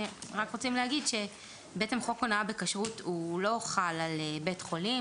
הם רק רוצים להגיד שחוק הונאה בכשרות לא חל על בית חולים,